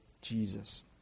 Jesus